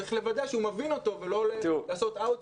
צריך לוודא שהוא מבין אותה ולא לעשות מיקור